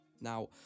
Now